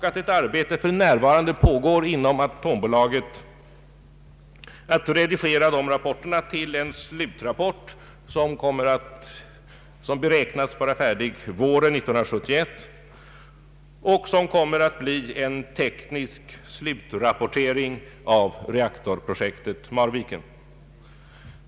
Arbete pågår för närvarande inom Atombolaget att redigera dessa rapporter till en slutrapport, som beräknas vara färdig våren 1971 och som kommer att bli en teknisk slutrapportering av reaktorprojektet Marviken.